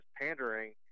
pandering